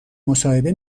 مصاحبه